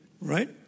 Right